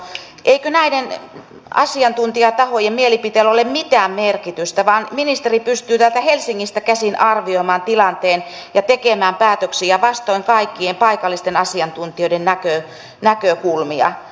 eikö näiden asiantuntijatahojen mielipiteellä ole mitään merkitystä vaan ministeri pystyy täältä helsingistä käsin arvioimaan tilanteen ja tekemään päätöksiä vastoin kaikkien paikallisten asiantuntijoiden näkökulmia